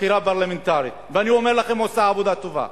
חקירה פרלמנטרית, ואני אומר לכם, עושה עבודה טובה,